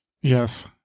Yes